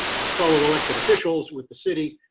our fellow elected officials with the city.